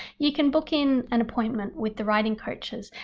you can book in an appointment with the writing coaches.